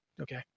okay